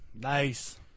Nice